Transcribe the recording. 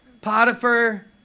Potiphar